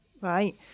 right